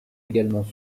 également